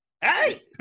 hey